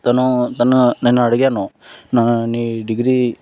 తను తన నేను అడిగాను నీ డిగ్రీ